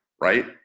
Right